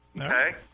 Okay